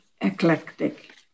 eclectic